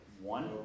One